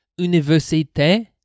Université